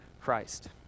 Christ